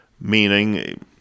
meaning